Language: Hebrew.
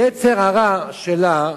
יצר הרע שלה,